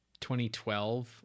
2012